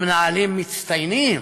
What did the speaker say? המנהלים מצטיינים,